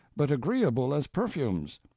but agreeable as perfumes.